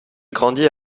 grandit